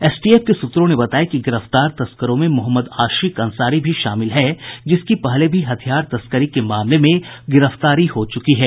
STF के सूत्रों ने बताया कि गिरफ्तार तस्करों में मोहम्मद आशिक अंसारी भी शामिल है जिसकी पहले भी हथियार तस्करी के मामले में गिरफ्तारी हो चुकी है